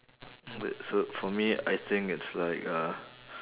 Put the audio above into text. like so for me I think it's like uh